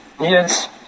Yes